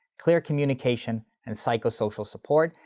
clear communication and psychosocial support.